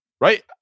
right